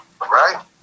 Right